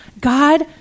God